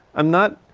i'm not,